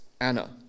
Anna